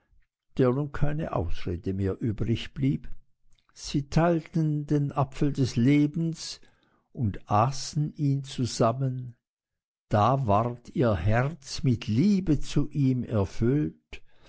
der nun keine ausrede mehr übrig blieb sie teilten den apfel des lebens und aßen ihn zusammen da ward ihr herz mit liebe zu ihm erfüllt